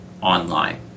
online